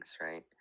right